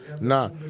Nah